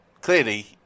clearly